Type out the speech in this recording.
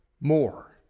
more